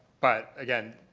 but again,